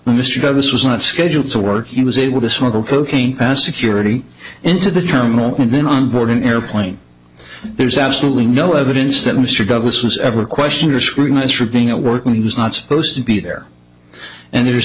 douglas was not scheduled to work he was able to smuggle cocaine past security into the terminal and then on board an airplane there's absolutely no evidence that mr douglas was ever questioned or scrutinized for being at work when he was not supposed to be there and there